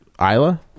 Isla